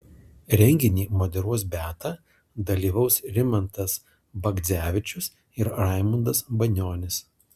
renginį moderuos beata dalyvaus rimantas bagdzevičius ir raimundas banionis